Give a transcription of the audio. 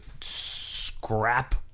scrap